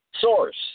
source